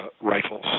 rifles